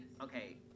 Okay